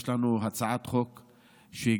יש לנו הצעת חוק שהגשנו,